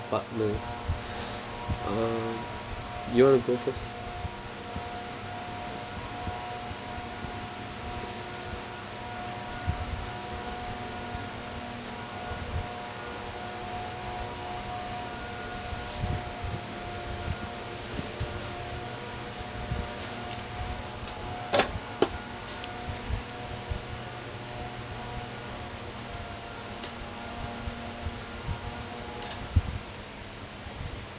partner uh you want to go first